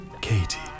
Katie